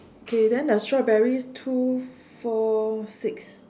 okay and the strawberries two four six